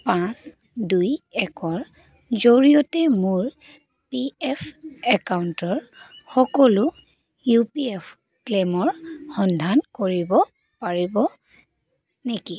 পাঁচ দুই একৰ জৰিয়তে মোৰ পি এফ একাউণ্টৰ সকলো ইউ পি এফ ক্লেইমৰ সন্ধান কৰিব পাৰিব নেকি